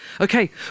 okay